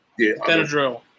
Benadryl